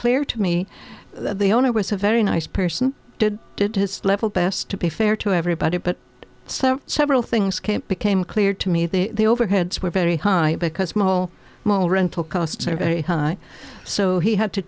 clear to me that the owner was a very nice person did did his level best to be fair to everybody but several things came became clear to me the overheads were very high because mol mol rental costs are very high so he had to